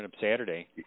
Saturday